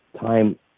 time